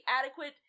adequate